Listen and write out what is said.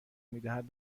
میدهد